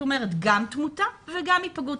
כלומר גם תמותה וגם היפגעות.